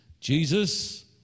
Jesus